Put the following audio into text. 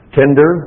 tender